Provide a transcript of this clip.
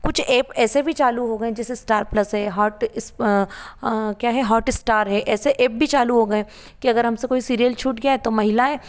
कुछ एप ऐसे भी चालू हो गए हैं जैसे स्टार प्लस है हॉट क्या है हॉटस्टार है ऐसे एप भी चालू हो गए हैं कि हमसे कोई सीरियल छूट गया तो महिलाएँ